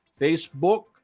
Facebook